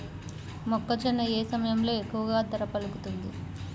మొక్కజొన్న ఏ సమయంలో ఎక్కువ ధర పలుకుతుంది?